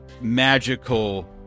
magical